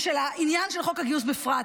ושל עניין חוק הגיוס בפרט.